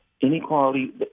Inequality